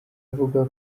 avuga